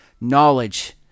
knowledge